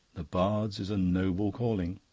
the bard's is a noble calling.